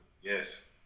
Yes